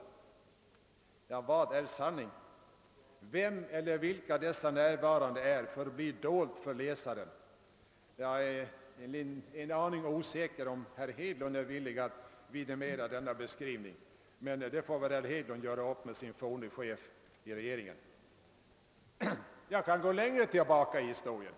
Vad är sanning? Vem eller vilka dessa närstående är förblir dolt för läsaren. Jag är en aning osäker om huruvida herr Hedlund är villig att vidimera denna beskrivning. Men det får han väl göra upp om med sin forne chef i regeringen. Jag kan gå längre tillbaka i historien.